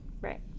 Right